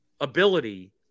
ability